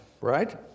Right